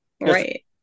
Right